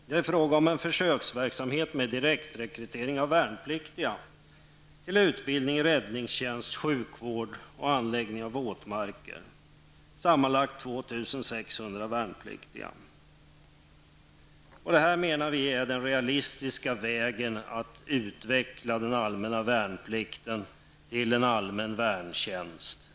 Det är fråga om en försöksverksamhet med direktrekrytering av värnpliktiga till utbildning inom räddningstjänst, inom sjukvården och för anläggande av våtmarker. Sammanlagt skulle 2 600 värnpliktiga beröras. Vi menar att den här vägen är den realistiska när det gäller att utveckla den allmänna värnplikten till att vara en allmän värntjänst.